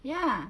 ya